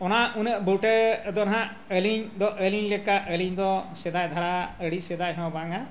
ᱚᱱᱟ ᱩᱱᱟᱹᱜ ᱵᱩᱴᱟᱹ ᱫᱚ ᱱᱟᱜ ᱟᱹᱞᱤᱧ ᱫᱚ ᱟᱹᱞᱤᱧ ᱞᱮᱠᱟ ᱟᱹᱞᱤᱧ ᱫᱚ ᱥᱮᱫᱟᱭ ᱫᱷᱟᱨᱟ ᱟᱹᱰᱤ ᱥᱮᱫᱟᱭ ᱦᱚᱸ ᱵᱟᱝᱟ